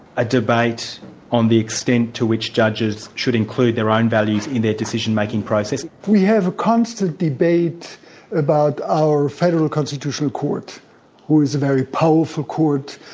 a debate on the extent to which judges should include their own values in their decision-making process? we have a constant debate about our federal constitutional court who is a very powerful court,